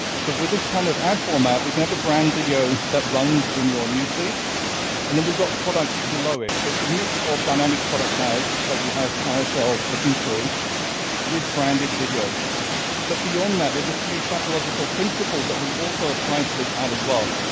so with this kind of ad format, we can have a brand video that runs in your newsfeed and then we've got products below it. so it's a mix of dynamic product ads that you have carousel flicking through with branded videos but beyond that there's a few psychological principles that we also apply to this ad as well.